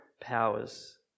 powers